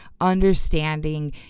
understanding